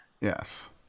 Yes